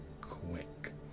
quick